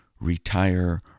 retire